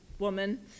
woman